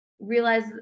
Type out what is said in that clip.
realize